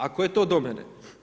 Ako je to do mene.